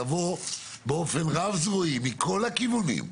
צריך לבוא באופן רב-זרועי, מכל הכיוונים.